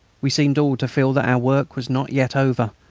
we seemed all to feel that our work was not yet over,